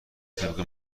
طبق